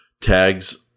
tags